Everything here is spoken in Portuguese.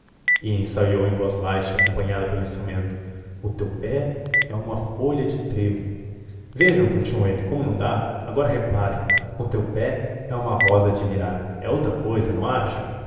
e ensaiou em voz baixa acompanhado pelo instrumento o teu pé é uma fo lha de tre vo vejam continuou ele como não dá agora reparem o teu pé é uma uma ro sa de mir ra é outra cousa não acham